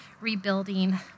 rebuilding